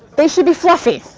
they should be fluffy,